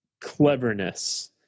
cleverness